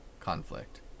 conflict